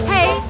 Hey